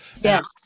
Yes